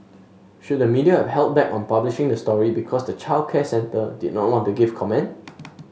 should the media have held back on publishing the story because the childcare centre did not want to give comment